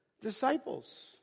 Disciples